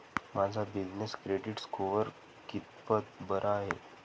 माझा business credit score कितपत बरा आहे?